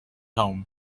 home